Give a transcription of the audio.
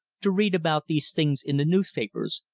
to read about these things in the newspapers,